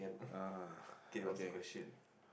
ah okay